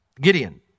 Gideon